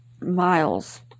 miles